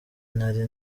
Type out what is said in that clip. nari